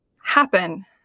happen